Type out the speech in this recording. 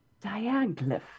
Diaglyph